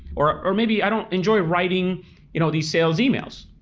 or or maybe i don't enjoy writing you know these sales emails.